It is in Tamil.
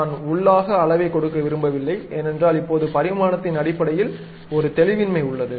நான் உள்ளாக அளவை கொடுக்க விரும்பவில்லை ஏனென்றால் இப்போது பரிமாணத்தின் அடிப்படையில் ஒரு தெளிவின்மை உள்ளது